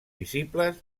visibles